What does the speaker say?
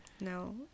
No